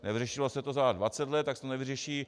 Nevyřešilo se to za 20 let, tak se to nevyřeší.